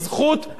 שר התקשורת,